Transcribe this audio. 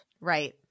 Right